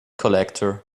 collector